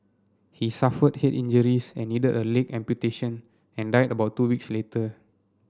he suffered head injuries and needed a leg amputation and died about two weeks later